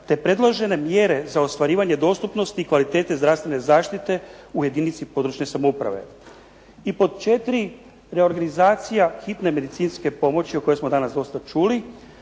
te predložene mjere za ostvarivanje dostupnosti kvalitete zdravstvene zaštite u jedinici područne samouprave. I pod 4, reorganizacija hitne medicinske pomoći o kojoj smo danas dosta čuli.